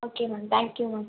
okay ma'am thank you ma'am